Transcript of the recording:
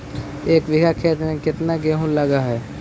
एक बिघा खेत में केतना गेहूं लग है?